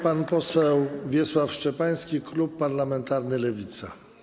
Pan poseł Wiesław Szczepański, klub parlamentarny Lewica.